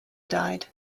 died